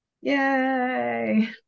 Yay